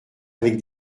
avec